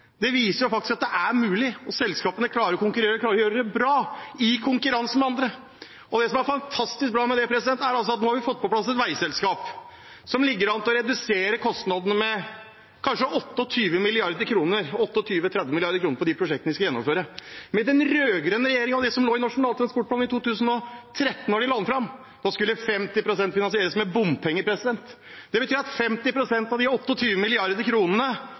Det viser faktisk at det er mulig – selskapet klarer å konkurrere og klarer å gjøre det bra i konkurranse med andre. Og det som er fantastisk bra, er at nå har vi fått på plass et veiselskap, som ligger an til å redusere kostnadene med kanskje 28 mrd. kr–30 mrd. kr på de prosjektene vi skal gjennomføre. Med den rød-grønne regjeringen og det som lå i Nasjonal transportplan i 2013, skulle 50 pst. finansieres med bompenger. Det betyr at 50 pst. av de